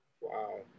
wow